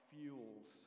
fuels